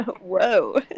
Whoa